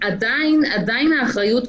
עדיין האחריות,